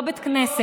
הוא לא בית כנסת,